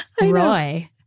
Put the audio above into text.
Roy